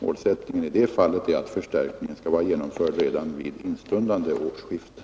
Målsättningen i det fallet är att förstärkningen skall vara genomförd redan vid instundande årsskifte.